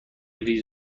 ریز